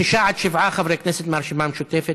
שישה עד שבעה חברי כנסת מהרשימה המשותפת